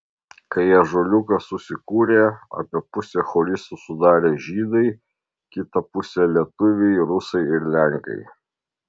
kai ąžuoliukas susikūrė apie pusę choristų sudarė žydai kitą pusę lietuviai rusai ir lenkai